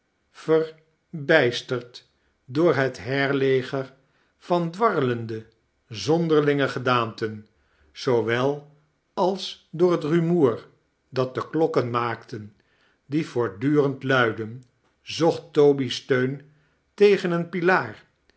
verbeisterd door het heirleger van dwarrelende zonderlinge gedaanten zoowelals door het rumoer dat de klokken maakten die voortdurend luidden zocht toby steun tegen een pilaar